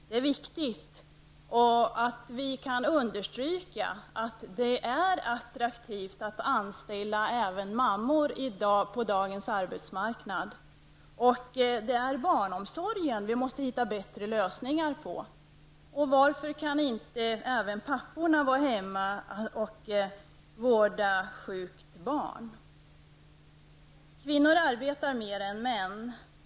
Det är viktigt att vi kan understryka att det är attraktivt att anställa även mammor på dagens arbetsmarknad. Vi måste hitta bättre lösningar på barnomsorgen. Varför kan inte även papporna vara hemma och vårda sjukt barn? Kvinnor arbetar mer än män.